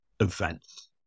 events